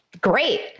great